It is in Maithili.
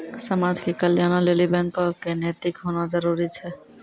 समाज के कल्याणों लेली बैको क नैतिक होना जरुरी छै